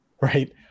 right